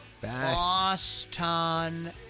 Boston